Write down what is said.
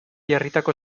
jarritako